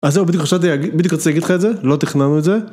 אז זהו, בדיוק חשבתי להג- בדיוק רציתי להגיד לך את זה, לא תכננו את זה.